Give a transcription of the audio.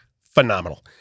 phenomenal